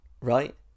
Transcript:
right